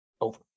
over